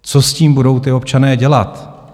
Co s tím budou ti občané dělat?